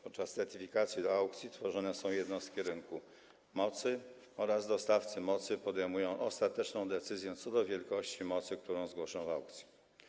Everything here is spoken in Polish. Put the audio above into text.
Podczas certyfikacji do aukcji tworzone są jednostki rynku mocy, a dostawcy mocy podejmują ostateczną decyzję co do wielkości mocy, którą zgłoszą w aukcji.